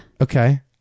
okay